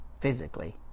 physically